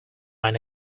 mind